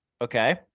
Okay